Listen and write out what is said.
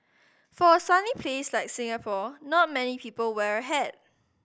for a sunny place like Singapore not many people wear a hat